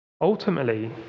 Ultimately